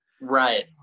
right